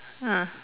ah